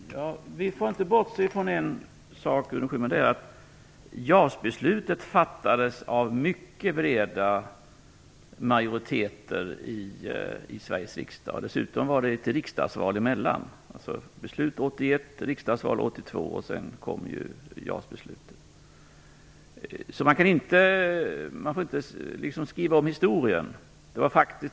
Fru talman! Vi får inte bortse från en sak, Gudrun Schyman. Det är att JAS-beslutet fattades av mycket breda majoriteter i Sveriges riksdag. Dessutom var det ett riksdagsval emellan besluten. Det fattades beslut 1981, det var riksdagsval 1982, och sedan kom JAS-beslutet. Man får inte skriva om historien.